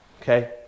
okay